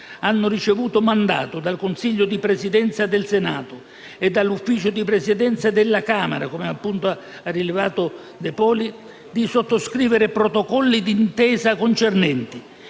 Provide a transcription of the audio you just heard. hanno ricevuto mandato dal Consiglio di Presidenza del Senato e dall'Ufficio di Presidenza della Camera - come ha appunto rilevato il senatore De Poli - di sottoscrivere protocolli d'intesa concernenti